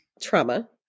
trauma